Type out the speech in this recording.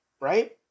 right